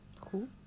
cool